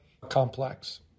complex